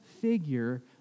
figure